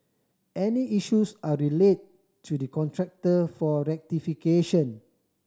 any issues are relayed to the contractor for rectification